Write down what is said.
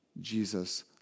Jesus